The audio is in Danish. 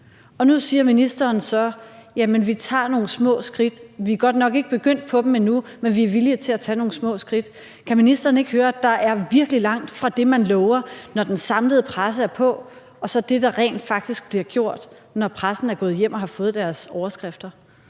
Nu siger ministeren så: Vi tager nogle små skridt, vi er godt nok ikke begyndt på dem endnu, men vi er villige til at tage nogle små skridt. Kan ministeren ikke høre, at der er virkelig langt fra det, man lover, når den samlede presse er på, til det, der rent faktisk bliver gjort, når pressen er gået hjem og har fået deres overskrifter?